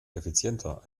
effizienter